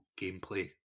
gameplay